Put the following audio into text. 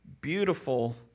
beautiful